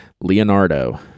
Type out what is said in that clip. Leonardo